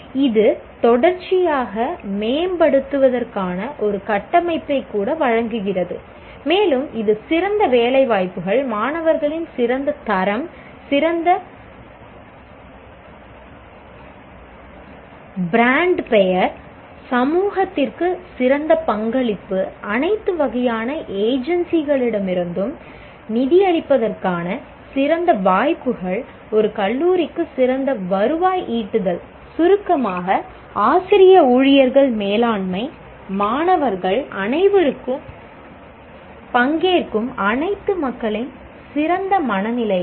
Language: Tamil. இது தொடர்ச்சியாக மேம்படுத்துவதற்கான ஒரு கட்டமைப்பைக் கூட வழங்குகிறது மேலும் இது சிறந்த வேலைவாய்ப்புகள் மாணவர்களின் சிறந்த தரம் சிறந்த பிராண்ட் பெயர் சமூகத்திற்கு சிறந்த பங்களிப்பு அனைத்து வகையான ஏஜென்சிகளிடமிருந்தும் நிதியளிப்பதற்கான சிறந்த வாய்ப்புகள் ஒரு கல்லூரிக்கு சிறந்த வருவாய் ஈட்டுதல் சுருக்கமாக ஆசிரிய ஊழியர்கள் மேலாண்மை மாணவர்கள் அனைவருக்கும் பங்கேற்கும் அனைத்து மக்களின் சிறந்த மனநிலையும்